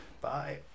Bye